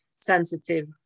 sensitive